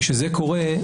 כשזה קורה,